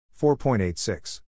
4.86